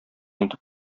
үтеп